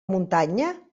muntanya